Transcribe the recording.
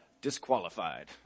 Disqualified